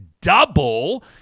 double